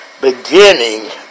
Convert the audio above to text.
beginning